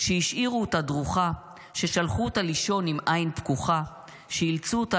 / שהשאירו אותה דרוכה / ששלחו אותה לישון עם עין פקוחה / שאילצו אותה